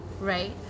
right